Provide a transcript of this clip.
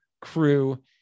crew